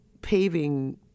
paving